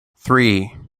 three